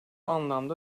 anlamda